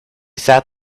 sat